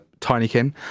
Tinykin